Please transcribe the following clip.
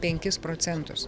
penkis procentus